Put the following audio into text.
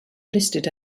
listed